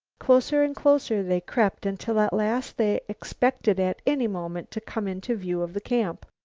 closer and closer they crept until at last they expected at any moment to come into view of the camp.